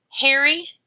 Harry